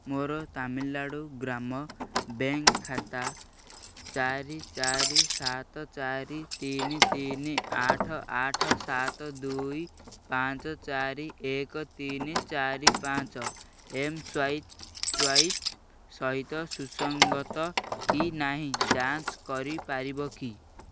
ମୋର ତାମିଲନାଡ଼ୁ ଗ୍ରାମ ବ୍ୟାଙ୍କ୍ ଖାତା ଚାରି ଚାରି ସାତ ଚାରି ତିନି ତିନି ଆଠ ଆଠ ସାତ ଦୁଇ ପାଞ୍ଚ ଚାରି ଏକ ତିନି ଚାରି ପାଞ୍ଚ ଏମ୍ ସ୍ୱାଇପ୍ ସ୍ୱାଇପ୍ ସହିତ ସୁସଙ୍ଗତ କି ନାହିଁ ଯାଞ୍ଚ କରିପାରିବ କି